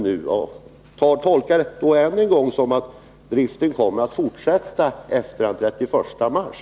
Ännu en gång tolkar jag det så, att driften kommer att fortsätta efter den 31 mars.